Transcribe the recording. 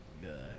Good